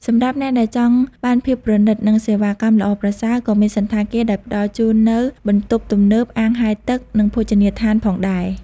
សម្រាប់អ្នកដែលចង់បានភាពប្រណីត និងសេវាកម្មល្អប្រសើរ ក៏មានសណ្ឋាគារដែលផ្តល់ជូននូវបន្ទប់ទំនើប អាងហែលទឹក និងភោជនីយដ្ឋានផងដែរ។